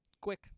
Quick